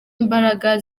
imbaraga